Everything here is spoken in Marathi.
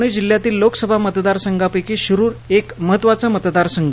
पुणे जिल्ह्यातील लोकसभा मतदारसघापैकी शिरुर एक महत्त्वाचा मतदारसंघ